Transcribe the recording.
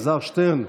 אלעזר שטרן,